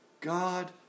god